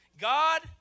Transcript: God